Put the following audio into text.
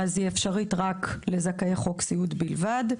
אפשרית לזכאית חוק הסיעוד בלבד,